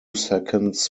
seconds